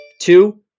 two